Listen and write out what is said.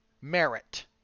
merit